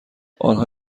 آنها